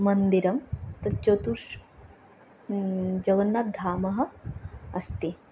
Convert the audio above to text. मन्दिरं तत् चतुश् जगन्नाथधामः अस्ति